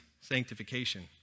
sanctification